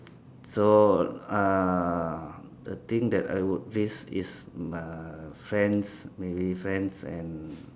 so uh the thing that I would risk is uh friends maybe friends and